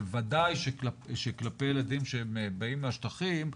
אבל בוודאי שכלפי ילדים שבאים מהשטחים,